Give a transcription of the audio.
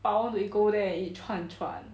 I want to go there and eat 串串